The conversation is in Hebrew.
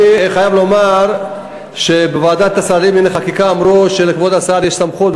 אני חייב לומר שבוועדת השרים לענייני חקיקה אמרו שלכבוד השר יש סמכות.